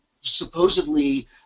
supposedly